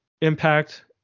impact